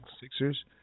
Sixers